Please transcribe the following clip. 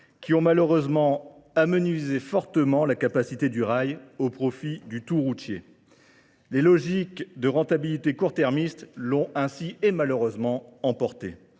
qui ont malheureusement amené fortement la capacité du rail au profit du tout routier. Les logiques de rentabilité court-termiste l'ont ainsi et malheureusement emporté.